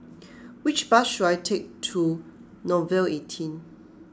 which bus should I take to Nouvel eighteen